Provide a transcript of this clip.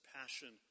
passion